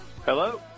Hello